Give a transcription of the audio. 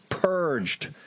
Purged